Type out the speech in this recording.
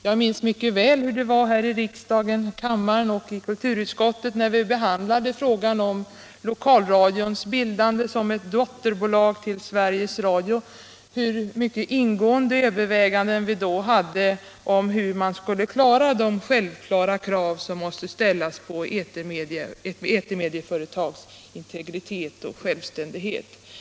Jag minns mycket = i utbildningsväsenväl hur det var här i riksdagen — i kammaren och i kulturutskottet —= det när vi behandlade frågan om lokalradions bildande som ett dotterbolag till Sveriges Radio, och de ingående överväganden vi då hade om hur man skulle uppfylla de självklara krav som måste ställas på etermedieföretags integritet och självständighet.